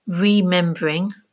remembering